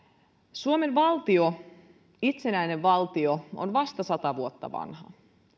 suomen valtio itsenäinen valtio on vasta sata vuotta vanha